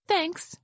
Thanks